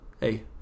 hey